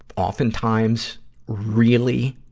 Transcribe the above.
oftentimes really,